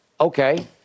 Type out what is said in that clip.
Okay